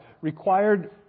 required